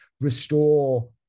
restore